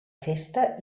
festa